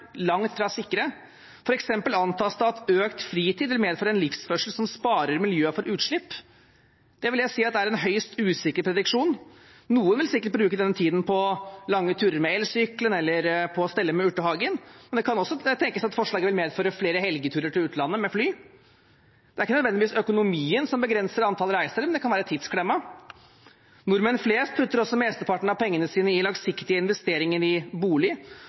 langt fra sikre. For eksempel antas det at økt fritid vil medføre en livsførsel som sparer miljøet for utslipp. Det vil jeg si er en høyst usikker prediksjon. Noen vil sikkert bruke den tiden på lange turer med elsykkelen eller på å stelle med urtehagen, men det kan også tenkes at forslaget vil medføre flere helgeturer til utlandet med fly. Det er ikke nødvendigvis økonomien som begrenser antall reiser, det kan være tidsklemma. Nordmenn flest putter også mesteparten av pengene sine i langsiktige investeringer, i bolig.